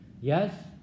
Yes